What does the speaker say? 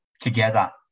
together